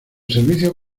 servicio